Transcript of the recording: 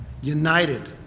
united